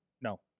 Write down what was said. No